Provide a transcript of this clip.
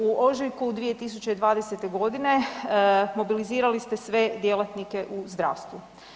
U ožujku 2020. g. mobilizirali ste sve djelatnike u zdravstvu.